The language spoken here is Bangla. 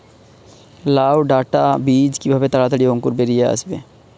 লাউ ডাটা বীজ কিভাবে তাড়াতাড়ি অঙ্কুর বেরিয়ে আসবে?